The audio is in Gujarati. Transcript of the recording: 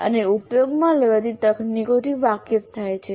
અને ઉપયોગમાં લેવાતી તકનીકોથી વાકેફ થાય છે